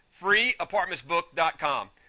freeapartmentsbook.com